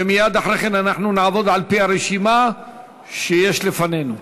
ומייד אחרי כן נעבוד לפי הרשימה שיש לפנינו.